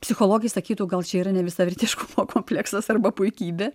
psichologai sakytų gal čia yra nevisavertiškumo kompleksas arba puikybė